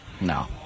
no